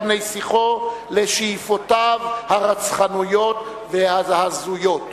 בני שיחו לשאיפותיו הרצחניות ההזויות.